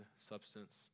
substance